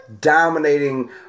dominating